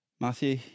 Matthew